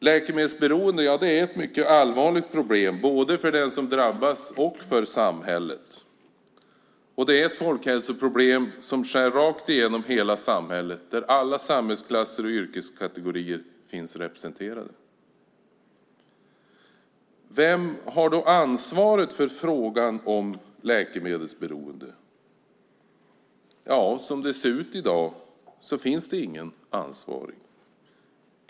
Läkemedelsberoende är ett mycket allvarligt problem både för den som drabbas och för samhället. Det är ett folkhälsoproblem som skär rakt igenom hela samhället, där alla samhällsklasser och yrkeskategorier finns representerade. Vem har då ansvaret för frågan om läkemedelsberoende? Ja, som det ser ut i dag finns det ingen ansvarig.